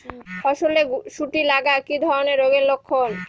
ফসলে শুটি লাগা কি ধরনের রোগের লক্ষণ?